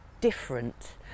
different